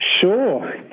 Sure